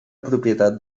propietat